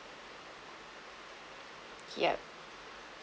yup